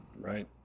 right